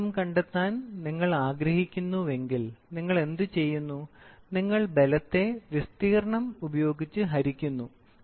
മർദ്ദം കണ്ടെത്താൻ നിങ്ങൾ ആഗ്രഹിക്കുന്നുവെങ്കിൽ നിങ്ങൾ എന്തുചെയ്യുന്നു നിങ്ങൾ ബലത്തെ വിസ്തീർണം ഉപയോഗിച്ച് ഹരിക്കുന്നു